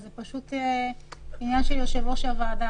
זה עניין של יושב-ראש הוועדה,